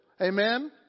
Amen